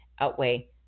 outweigh